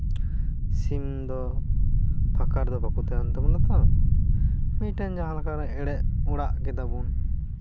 ᱥᱤᱢ ᱫᱚ ᱯᱷᱟᱸᱠᱟ ᱨᱮᱫᱚ ᱵᱟᱠᱚ ᱛᱟᱦᱮᱱ ᱛᱟᱵᱚᱱᱟᱛᱚ ᱢᱤᱫᱴᱮᱱ ᱡᱟᱦᱟᱸᱞᱮᱠᱟ ᱮᱲᱮ ᱚᱲᱟᱜ ᱠᱮᱫᱟ ᱵᱚᱱ